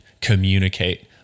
communicate